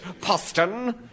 Poston